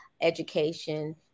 education